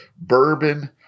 bourbon